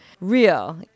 real